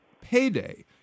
payday